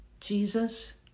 Jesus